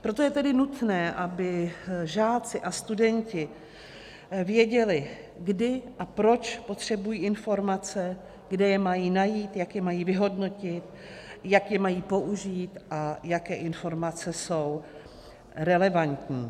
Proto je tedy nutné, aby žáci a studenti věděli, kdy a proč potřebují informace, kde je mají najít, jak je mají vyhodnotit, jak je mají použít a jaké informace jsou relevantní.